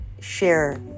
share